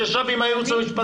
שישב עם הייעוץ המשפטי שלי.